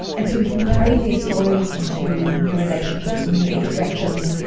and so we can carry these stories into new relationships, new interactions,